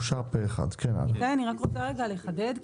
הצבעה אושר איתי אני רק רוצה רגע לחדד,